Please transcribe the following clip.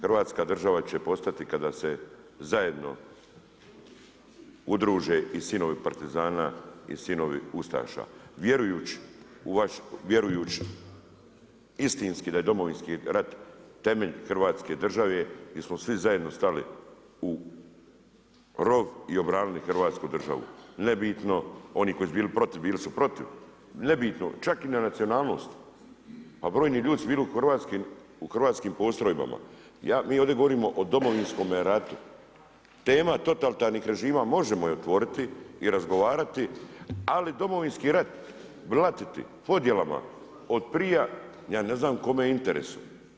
Hrvatska država će postati kada se zajedno udruže i sinovi partizana i sinovi ustaša vjerujući istinski da je Domovinski rat temelj hrvatske države di smo zajedno stali u rov i obranili hrvatsku državu, nebitno oni koji su bili protiv, bili su protiv, nebitno, čak ni na nacionalnost, pa brojni su bili u hrvatskim postrojbama Mi ovdje govorimo o Domovinskome ratu, tema totalitarnih režima, možemo je otvoriti i razgovarati, ali Domovinski rat blatiti podjelama od prije, ja ne znam kome je u interesu.